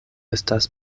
estas